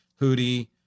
Hootie